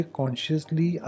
consciously